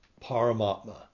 Paramatma